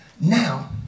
Now